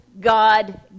God